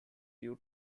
due